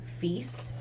feast